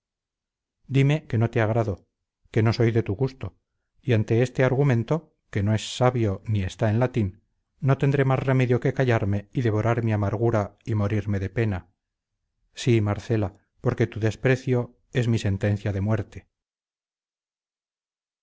dime que no te agrado que no soy de tu gusto y ante este argumento que no es sabio ni está en latín no tendré más remedio que callarme y devorar mi amargura y morirme de pena sí marcela porque tu desprecio es mi sentencia de muerte